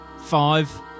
five